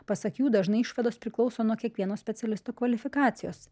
pasak jų dažnai išvados priklauso nuo kiekvieno specialisto kvalifikacijos